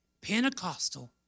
Pentecostal